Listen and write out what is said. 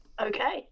Okay